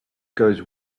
goes